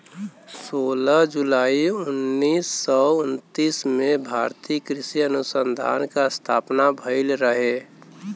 सोलह जुलाई उन्नीस सौ उनतीस में भारतीय कृषि अनुसंधान के स्थापना भईल रहे